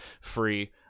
free